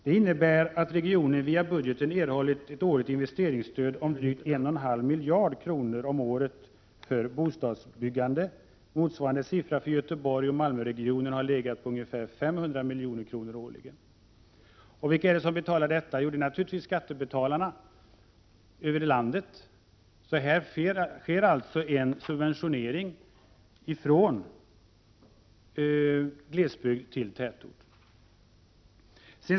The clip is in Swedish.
Det innebär att regionen via budgeten erhållit ett årligt » investeringsstöd om drygt en och en halv miljard kronor om året för bostadsbyggande. Motsvarande siffra för Göteborgsoch Malmöregionerna har legat på ungefär 500 milj.kr. årligen. Vilka är det som betalar detta? Jo, det är naturligtvis skattebetalarna i landet. Här sker alltså en subventionering från glesbygd till tätort.